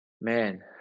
man